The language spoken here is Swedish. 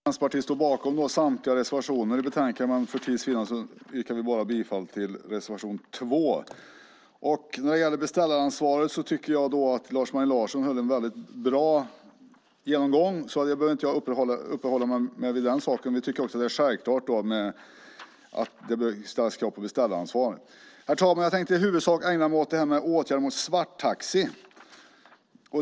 Herr talman! Vänsterpartiet står bakom samtliga reservationer i betänkandet, men för tids vinnande yrkar vi bara bifall till reservation 2. När det gäller beställaransvaret tycker jag att Lars Mejern Larsson höll en bra genomgång, så jag behöver inte uppehålla mig mer vid den saken. Vi tycker också att det är självklart att det behöver ställas krav om beställaransvar. Herr talman! Jag tänkte i huvudsak ägna mig åt detta med åtgärder mot svarttaxi.